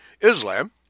Islam